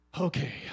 Okay